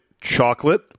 chocolate